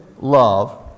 love